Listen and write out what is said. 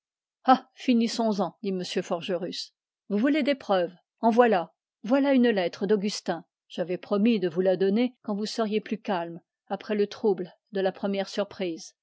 ah finissons-en dit m forgerus vous vouliez des preuves voici une lettre d'augustin j'avais promis de vous la donner quand vous seriez plus calme après le trouble de la première surprise